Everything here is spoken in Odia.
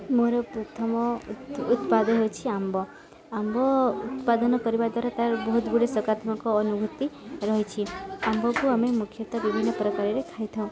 ମୋର ପ୍ରଥମ ଉତ୍ପାଦ ହେଉଛି ଆମ୍ବ ଆମ୍ବ ଉତ୍ପାଦନ କରିବା ଦ୍ୱାରା ତା'ର ବହୁତ ଗୁଡ଼ିଏ ସକାରାତ୍ମକ ଅନୁଭୂତି ରହିଛି ଆମ୍ବକୁ ଆମେ ମୁଖ୍ୟତଃ ବିଭିନ୍ନ ପ୍ରକାରରେ ଖାଇଥାଉ